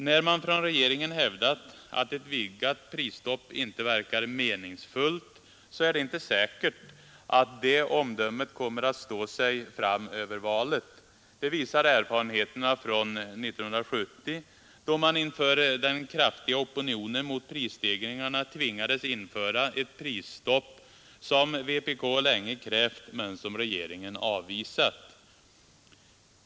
När man från regeringen hävdat att ett vidgat prisstopp inte verkar meningsfullt, så är det inte säkert att det omdömet kommer att stå sig fram över valet. Det visar erfarenheterna från 1970, då man inför den kraftiga opinionen mot prisstegringarna tvingades införa ett prisstopp som vpk länge krävt men som regeringen avvisat.